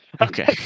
Okay